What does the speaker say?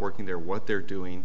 working there what they're doing